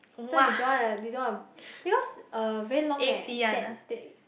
so they don't wanna leh they don't wanna because uh very long eh that they